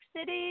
City